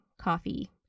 coffee